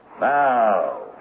Now